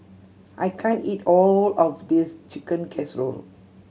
I can't eat all of this Chicken Casserole